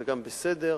וגם זה בסדר.